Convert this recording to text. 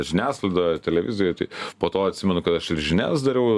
žiniasklaidoj televizijoj tai po to atsimenu kad aš ir žinias dariau